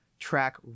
track